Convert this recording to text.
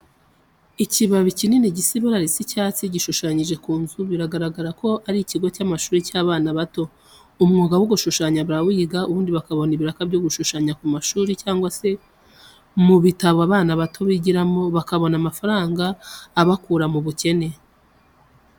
Ikibabi kinini gisa ibara risa icyatsi, gishushanyije ku nzu, biragaragara ko ari ikigo cy'amashuri y'abana bato. Umwuga wo gushushanya barawiga ubundi bakabona ibiraka byo gushushanya ku mashuri cyangwa se mu bitabo abana bato bigiramo bakabona amafaranga abakura mu bukene.